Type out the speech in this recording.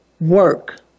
work